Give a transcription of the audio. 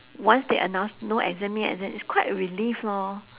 once they announce no exam need exam it's quite a relief lor